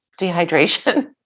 dehydration